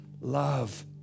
love